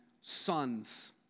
sons